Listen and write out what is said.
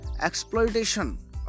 exploitation